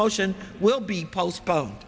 motion will be postpone